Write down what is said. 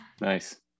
Nice